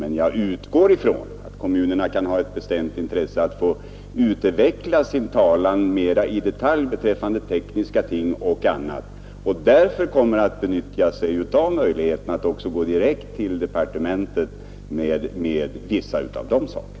Men jag utgår ifrån att kommunerna kan ha ett bestämt intresse av att få utveckla sin talan mera i detalj beträffande tekniska ting och annat och därför kommer att benyttja sig av möjligheten att gå direkt till departementet med vissa av de sakerna.